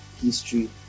history